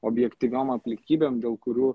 objektyviom aplinkybėm dėl kurių